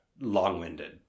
long-winded